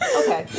okay